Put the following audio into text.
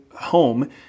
home